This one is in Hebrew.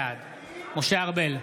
בעד משה ארבל,